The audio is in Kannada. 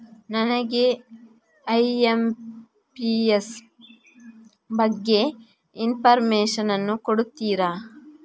ನನಗೆ ಐ.ಎಂ.ಪಿ.ಎಸ್ ಬಗ್ಗೆ ಇನ್ಫೋರ್ಮೇಷನ್ ಕೊಡುತ್ತೀರಾ?